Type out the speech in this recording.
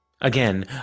Again